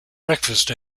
breakfast